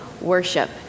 worship